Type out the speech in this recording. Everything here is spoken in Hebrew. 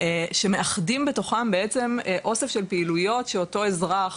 שמאחדים בתוכם בעצם אוסף של פעילויות שאותו אזרח